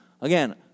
Again